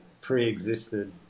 pre-existed